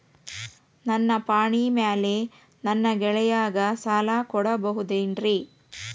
ನನ್ನ ಪಾಣಿಮ್ಯಾಲೆ ನನ್ನ ಗೆಳೆಯಗ ಸಾಲ ಕೊಡಬಹುದೇನ್ರೇ?